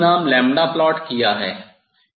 मैंने बनाम प्लॉट किया है